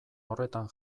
horretan